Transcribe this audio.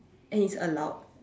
and it's allowed